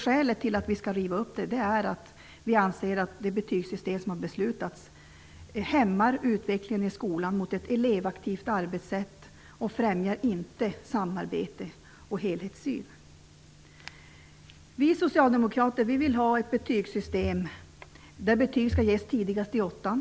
Skälet till att vi skall riva upp beslutet är att det betygssystem som har beslutats hämmar utvecklingen i skolan mot ett elevaktivt arbetssätt och inte främjar samarbete och helhetssyn. Vi socialdemokrater vill ha ett betygssystem där betyg skall ges tidigast i åttan.